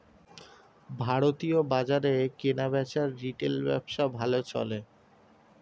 ভারতীয় বাজারে কেনাবেচার রিটেল ব্যবসা ভালো চলে